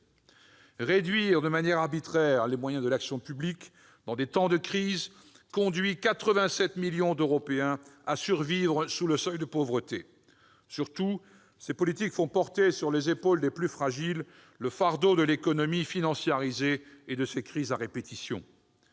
Réduire, arbitrairement, les moyens de l'action publique dans des temps de crise conduit 87 millions d'Européens à survivre sous le seuil de pauvreté. Surtout, ces politiques font porter sur les épaules des plus fragiles le fardeau de l'économie financiarisée et de ses crises à répétition.